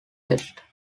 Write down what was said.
west